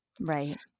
Right